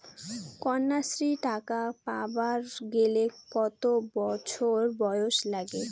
কন্যাশ্রী টাকা পাবার গেলে কতো বছর বয়স লাগে?